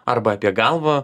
arba apie galvą